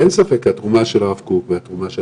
אין ספק שהתרומה של הרב קוק והתרומה של